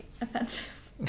offensive